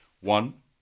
one